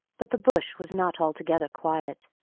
but the bush was not altogether quiet.